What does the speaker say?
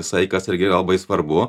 saikas irgi yra labai svarbu